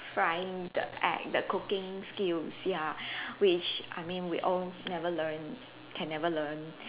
frying the uh the cooking skills ya which I mean we all never learn can never learn